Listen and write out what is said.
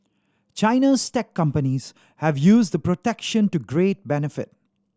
China's tech companies have used the protection to great benefit